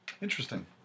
Interesting